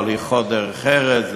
הליכות דרך ארץ,